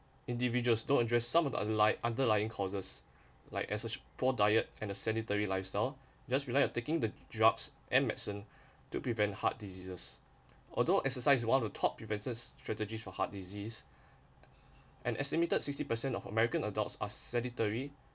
individuals don't address some of the unlike underlying causes like as a poor diet and a sanitary lifestyle just rely on taking the drugs and medicine to prevent heart diseases although exercise one of the top prevention strategies for heart disease an estimated sixty percent of american adults are sedentary